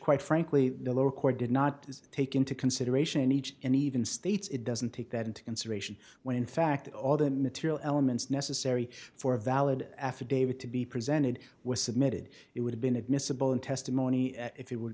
quite frankly the lower court did not take into consideration in each and even states it doesn't take that into consideration when in fact all the material elements necessary for a valid affidavit to be presented were submitted it would have been admissible in testimony if